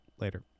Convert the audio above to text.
Later